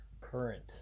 current